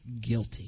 guilty